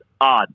odd